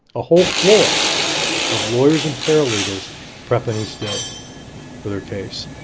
a whole floor of lawyers and paralegals prepping each day for their case.